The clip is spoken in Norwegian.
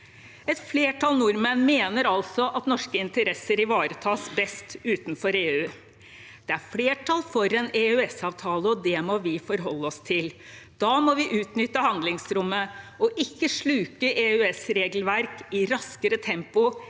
Et flertall nordmenn mener altså at norske interesser ivaretas best utenfor EU. Det er flertall for en EØS-avtale, og det må vi forholde oss til. Da må vi utnytte handlingsrommet og ikke sluke EØS-regelverk i raskere tempo